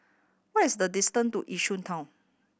what is the distance to Yishun Town